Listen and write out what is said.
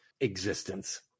existence